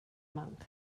monk